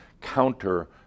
counter